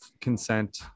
consent